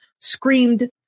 screamed